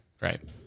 Right